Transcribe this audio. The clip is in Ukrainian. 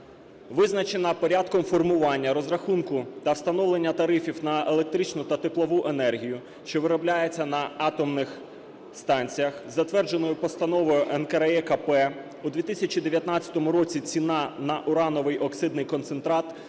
Визначеним порядком формування, розрахунку та встановлення тарифів на електричну та теплову енергію, що виробляється на атомних станціях, затвердженою постановою НКРЕКП у 2019 році ціна на урановий оксидний концентрат створила